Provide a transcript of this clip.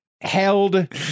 held